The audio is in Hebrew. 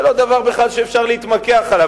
זה לא דבר שאפשר בכלל להתמקח עליו.